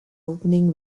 opening